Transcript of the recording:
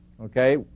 Okay